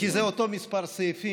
כי זה אותו מספר סעיפים,